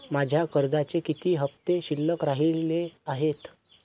माझ्या कर्जाचे किती हफ्ते शिल्लक राहिले आहेत?